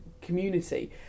community